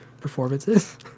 performances